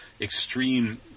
extreme